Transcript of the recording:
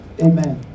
Amen